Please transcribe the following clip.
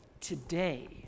today